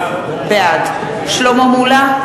בעד שלמה מולה,